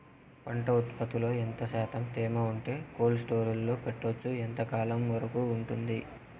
పంట ఉత్పత్తులలో ఎంత శాతం తేమ ఉంటే కోల్డ్ స్టోరేజ్ లో పెట్టొచ్చు? ఎంతకాలం వరకు ఉంటుంది